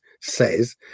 says